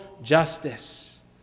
justice